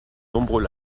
nombreux